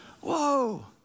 Whoa